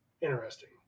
interesting